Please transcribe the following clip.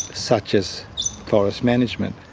such as forest management.